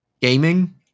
gaming